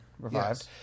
Revived